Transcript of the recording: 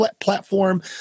platform